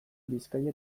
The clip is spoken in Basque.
bizkaia